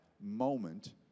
moment